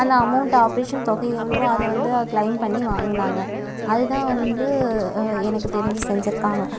அந்த அமௌண்டை ஆப்ரேஷன் தொகை எவ்வளவோ அத வந்து கிளைம் பண்ணி வாங்கினாங்க அதுதான் வந்து எனக்கு தெரிஞ்சு செஞ்சிருக்காங்க